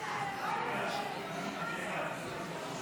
כנסת נכבדה, אני אמשיך את הנאום שלי